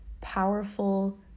powerful